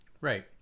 Right